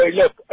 look